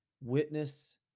witness